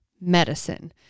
medicine